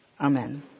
Amen